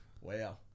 wow